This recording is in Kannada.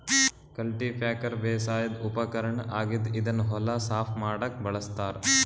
ಕಲ್ಟಿಪ್ಯಾಕರ್ ಬೇಸಾಯದ್ ಉಪಕರ್ಣ್ ಆಗಿದ್ದ್ ಇದನ್ನ್ ಹೊಲ ಸಾಫ್ ಮಾಡಕ್ಕ್ ಬಳಸ್ತಾರ್